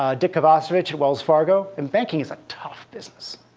ah dick kovacevich at wells fargo and banking is ah tough business,